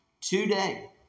today